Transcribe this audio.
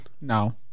No